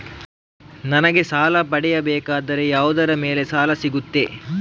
ನನಗೆ ಸಾಲ ಪಡೆಯಬೇಕಾದರೆ ಯಾವುದರ ಮೇಲೆ ಸಾಲ ಸಿಗುತ್ತೆ?